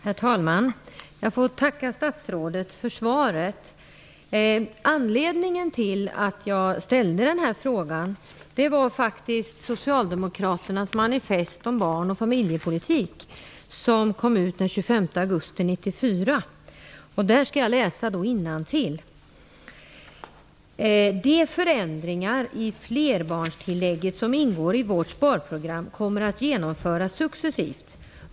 Herr talman! Jag får tacka statsrådet för svaret. Anledningen till att jag ställde den här frågan var faktiskt Socialdemokraternas manifest om barn och familjepolitik som kom ut den 25 augusti 1994. Där kan jag läsa: De förändringar i flerbarnstillägget som ingår i vårt sparprogram kommer att genomföras successivt.